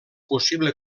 possible